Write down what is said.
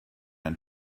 ein